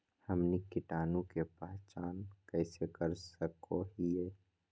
हमनी कीटाणु के पहचान कइसे कर सको हीयइ?